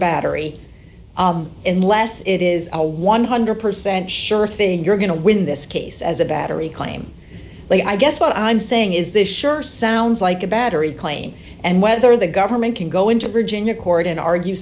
battery and less it is a one hundred percent sure thing you're going to win this case as a battery claim but i guess what i'm saying is this sure sounds like a battery claim and whether the government can go into virginia court in argue